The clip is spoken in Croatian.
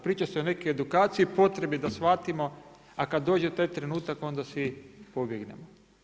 Priča se o nekoj edukaciji, potrebi da shvatimo, a kada dođe taj trenutak onda svi pobjegnemo.